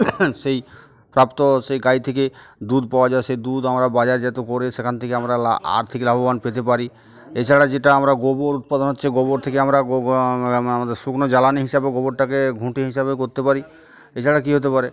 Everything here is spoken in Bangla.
সেই প্রাপ্ত সেই গাই থেকে দুধ পাওয়া যায় সেই দুধ আমরা বাজারজাত করে সেখান থেকে আমরা আর্থিক লাভবান পেতে পারি এছাড়া যেটা আমরা গোবর উৎপাদন হচ্ছে গোবর থেকে আমরা আমাদের শুকনো জ্বালানি হিসাবে গোবরটাকে ঘুঁটে হিসাবে করতে পারি এছাড়া কী হতে পারে